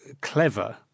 clever